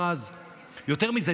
יותר מזה,